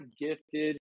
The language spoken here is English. gifted